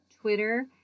Twitter